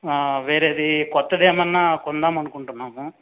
వేరేది కొత్తది ఏమన్నా కొందాం అనుకుంటున్నాము